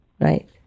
right